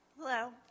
hello